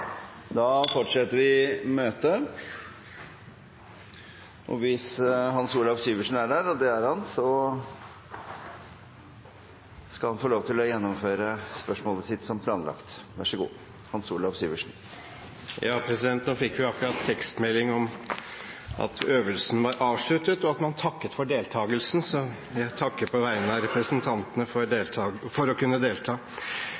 Da fortsetter vi møtet. Hans Olav Syversen skal nå få lov til å stille spørsmålet sitt som planlagt. Nå fikk vi akkurat tekstmelding om at øvelsen var avsluttet, og man takket for deltakelsen. Jeg takker på vegne av representantene for å kunne få delta!